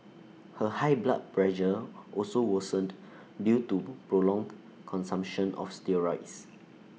her high blood pressure also worsened due to prolonged consumption of steroids